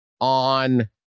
on